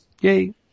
Yay